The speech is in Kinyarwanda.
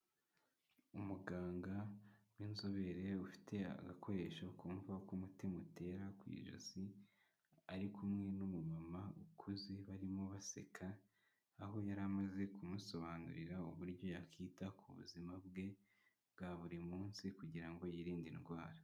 Umuganga w'inzobere ufite agakoresho kumva uko umutima utera ku ijosi, ari kumwe n'umumama ukuze barimo baseka, aho yari amaze kumusobanurira uburyo yakita ku buzima bwe bwa buri munsi kugira ngo yirinde indwara.